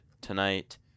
tonight